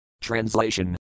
Translation